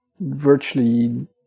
virtually